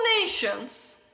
nations